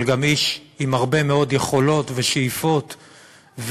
אבל גם איש עם הרבה מאוד יכולות ושאיפות וכישורים,